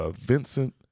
Vincent